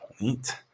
point